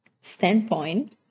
standpoint